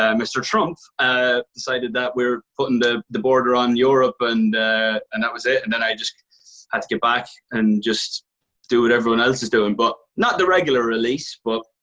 um mr. trump's ah decided that we're puttin' the the border on europe and and that was it and then i just had to get back and just do what everyone else is doin'. but, not the regular release, but,